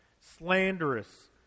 slanderous